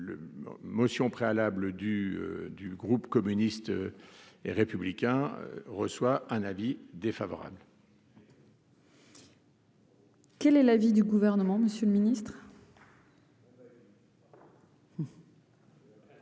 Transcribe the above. le motions préalables du du groupe communiste et républicain reçoit un avis défavorable. Quel est l'avis du gouvernement, Monsieur le Ministre.